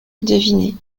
deviner